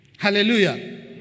Hallelujah